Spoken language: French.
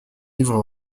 livre